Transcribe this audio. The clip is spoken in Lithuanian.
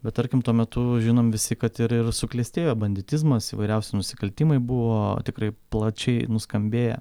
bet tarkim tuo metu žinom visi kad ir ir suklestėjo banditizmas įvairiausi nusikaltimai buvo tikrai plačiai nuskambėję